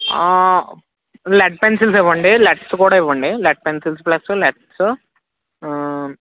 lead pencils ఇవ్వండి lids కూడా ఇవ్వండి లెడ్ పెన్సిల్స్ ప్లస్ లిడ్స్